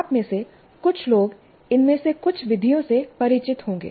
आप में से कुछ लोग इनमें से कुछ विधियों से परिचित होंगे